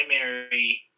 primary